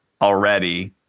already